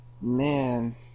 Man